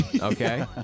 okay